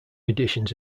editions